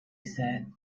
said